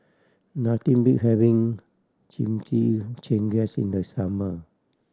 nothing beat having Chimichangas in the summer